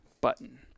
button